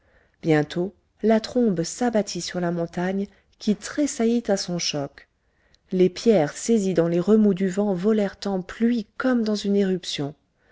bientôt la trombe s'abattit sur la montagne qui tressaillit à son choc les pierres saisies dans les remous du vent volèrent en pluie comme dans une éruption